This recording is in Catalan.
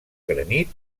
granit